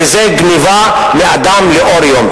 וזו גנבה מאדם לאור יום.